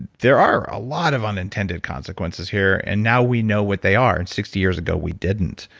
there are a lot of unintended consequences here. and now we know what they are and sixty years ago we didn't.